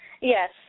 Yes